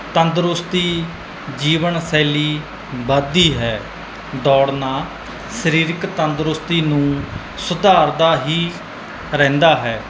ਤੰਦਰੁਸਤੀ ਜੀਵਨ ਸ਼ੈਲੀ ਵੱਧਦੀ ਹੈ ਦੌੜਨਾ ਸਰੀਰਕ ਤੰਦਰੁਸਤੀ ਨੂੰ ਸੁਧਾਰਦਾ ਹੀ ਰਹਿੰਦਾ ਹੈ